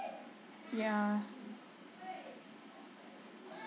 ya